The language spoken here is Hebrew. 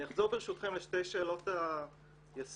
אני אחזור ברשותכם לשתי שאלות היסוד